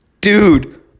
dude